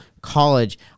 college